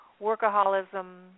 workaholism